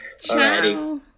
ciao